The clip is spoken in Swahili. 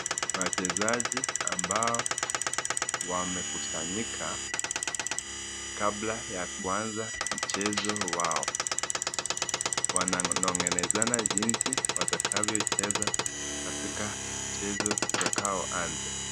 Wachezaji ambao wamekusanyika kabla ya kuanza mchezo wao. Wananong'onezana jinsi wakakavyocheza katika mchezo utakaoanza.